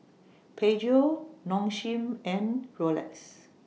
Peugeot Nong Shim and Rolex